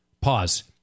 Pause